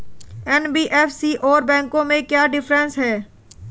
NBFC और बैंकों में क्या डिफरेंस है?